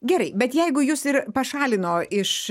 gerai bet jeigu jus ir pašalino iš